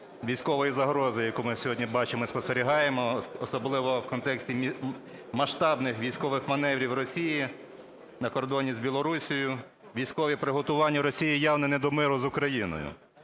військової загрози, яку ми сьогодні бачимо і спостерігаємо, особливо в контексті масштабних військових маневрів Росії на кордоні з Білорусією. Військові приготування Росії явно не до миру з Україною.